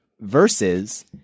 versus